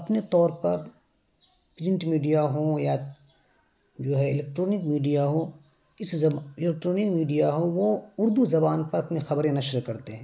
اپنے طور پر پرنٹ میڈیا ہوں یا جو ہے الیکٹرانک میڈیا ہو اس زبان الیکٹرانک میڈیا ہو وہ اردو زبان پر اپنے خبریں نشر کرتے ہیں